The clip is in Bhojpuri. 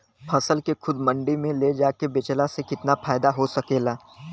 फसल के खुद मंडी में ले जाके बेचला से कितना फायदा हो सकेला?